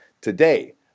Today